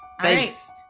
Thanks